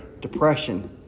depression